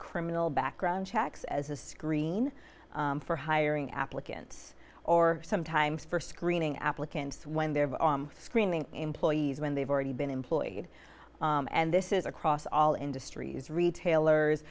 criminal background checks as a screen for hiring applicants or sometimes for screening applicants when they're screening employees when they've already been employed and this is across all industries retailers